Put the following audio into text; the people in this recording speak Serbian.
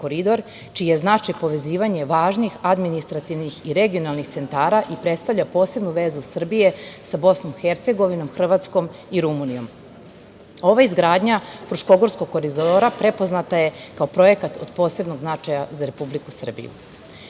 je značaj povezivanje važnih administrativnih i regionalnih centara i predstavlja posebnu vezu Srbije sa BiH, Hrvatskom i Rumunijom. Ova izgradnja Fruškogorskog koridora prepoznata je kao projekat od posebnog značaj za Republiku Srbiju. Takođe,